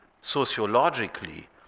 sociologically